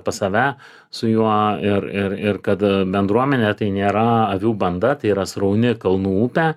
pas save su juo ir ir ir kad bendruomenė tai nėra avių banda tai yra srauni kalnų upė